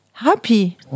Happy